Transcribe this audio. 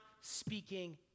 speaking